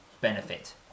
benefit